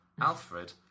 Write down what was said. Alfred